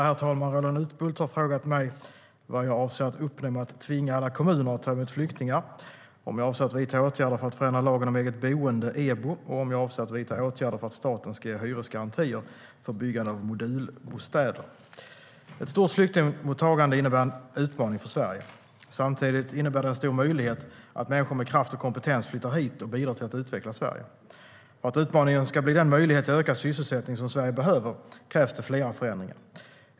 Herr talman! Roland Utbult har frågat mig vad jag avser att uppnå med att tvinga alla kommuner att ta emot flyktingar, om jag avser att vidta åtgärder för att förändra lagen om eget boende, EBO, och om jag avser att vidta åtgärder för att staten ska ge hyresgarantier för byggande av modulbostäder. Ett stort flyktingmottagande innebär en utmaning för Sverige. Samtidigt innebär det en stor möjlighet att människor med kraft och kompetens flyttar hit och bidrar till att utveckla Sverige. För att utmaningen ska bli den möjlighet till ökad sysselsättning som Sverige behöver krävs det flera förändringar.